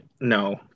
No